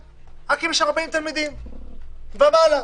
רק אם יש 40 תלמידים ומעלה.